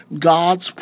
God's